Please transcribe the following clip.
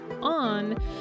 On